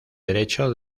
derecho